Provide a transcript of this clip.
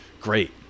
great